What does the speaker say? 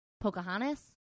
pocahontas